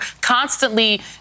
constantly